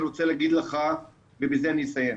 אני רוצה להגיד לך ובזה אני אסיים,